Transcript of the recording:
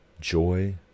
joy